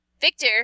Victor